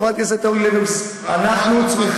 חברת הכנסת אורלי לוי אבקסיס: אנחנו צריכים